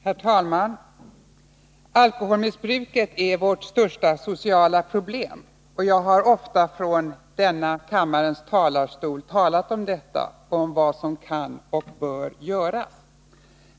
Herr talman! Alkoholmissbruket är vårt största sociala problem, och jag har ofta från denna kammarens talarstol talat om detta och om vad som kan och bör göras.